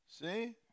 See